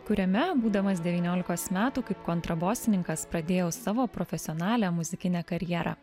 kuriame būdamas devyniolikos metų kaip kontrabosininkas pradėjau savo profesionalią muzikinę karjerą